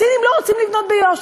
הסינים לא רוצים לבנות ביו"ש.